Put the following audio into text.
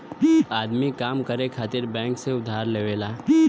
आदमी काम करे खातिर बैंक से उधार लेवला